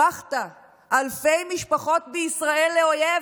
הפכת אלפי משפחות בישראל לאויב,